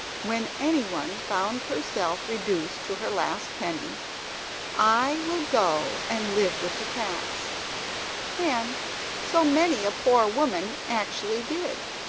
when anyone found herself reduced to her last penny i will go and live with the cats and so many a poor woman actually did.